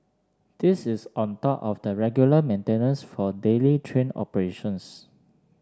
this is on top of the regular maintenance for daily train operations